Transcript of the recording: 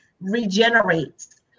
regenerates